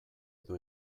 edo